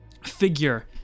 figure